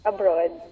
Abroad